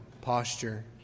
posture